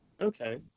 okay